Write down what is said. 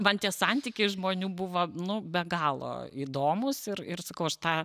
man tie santykiai žmonių buvo nu be galo įdomūs ir ir sakau aš tą